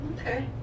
Okay